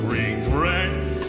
Regrets